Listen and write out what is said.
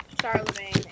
Charlemagne